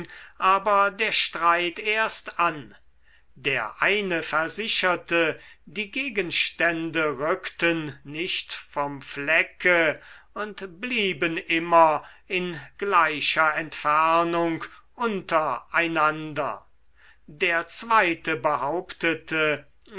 aber der streit erst an der eine versicherte die gegenstände rückten nicht vom flecke und blieben immer in gleicher entfernung unter einander der zweite behauptete